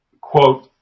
quote